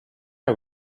are